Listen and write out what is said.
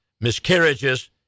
miscarriages